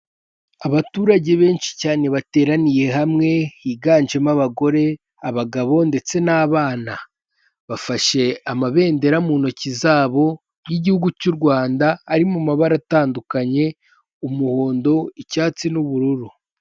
Abaturage benshi cyane bateraniye hamwe, higanjemo abagore abagabo ndetse n'abana, bafashe amabendera mu ntoki zabo y'gihugu cy'u Rwanda ari mu mabara atandukanye umuhondo, icyatsi n'ubururu.